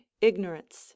ignorance